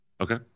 Okay